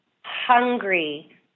hungry